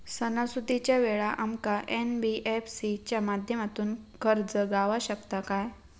सणासुदीच्या वेळा आमका एन.बी.एफ.सी च्या माध्यमातून कर्ज गावात शकता काय?